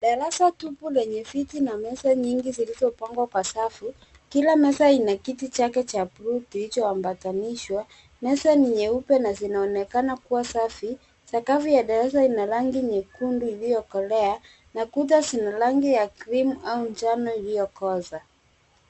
Darasa tupu lenye viti na meza nyingi zilivyo pangwa kwa safu. Kila meza ina kiti chake cha bluu kilichoambatanishwa. Meza ni nyeupe na zinaonekana kuwa safi. Sakafu ya darasa ina rangi nyekundu iliyo kolea na kuta zina rangi ya[cs ] krimu[cs ] au njano iliyo koza.